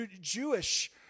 Jewish